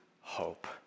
hope